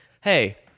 Hey